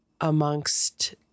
amongst